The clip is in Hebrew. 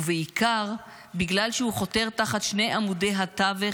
ובעיקר בגלל שהוא חותר תחת שני עמודי התווך